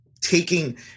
taking